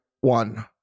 one